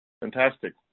Fantastic